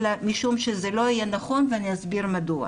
אלא משום שזה לא יהיה נכון ואני אסביר מדוע.